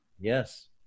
Yes